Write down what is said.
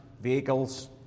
vehicles